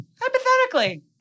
Hypothetically